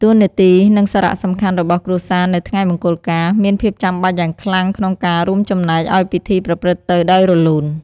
តួនាទី និងសារៈសំខាន់របស់គ្រួសារនៅថ្ងៃមង្គលការ មានភាពចាំបាច់យ៉ាងខ្លាំងក្នុងការរួមចំណែកឲ្យពិធីប្រព្រឹត្តទៅដោយរលូន។